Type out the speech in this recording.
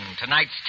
Tonight's